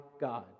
God